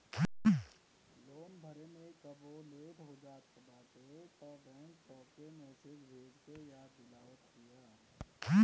loan भरे में कबो लेट हो जात बाटे तअ बैंक तोहके मैसेज भेज के याद दिलावत बिया